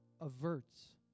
averts